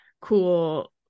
cool